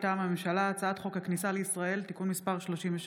מטעם הממשלה: הצעת חוק הכניסה לישראל (תיקון מס' 33)